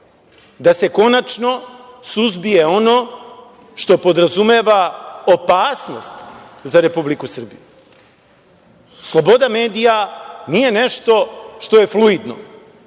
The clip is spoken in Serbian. da se konačno suzbije ono što podrazumeva opasnost za Republiku Srbiju. Sloboda medija nije nešto što je fluidno,